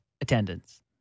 Attendance